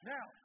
Now